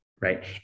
Right